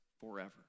forever